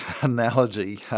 analogy